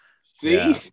See